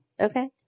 Okay